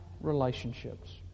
relationships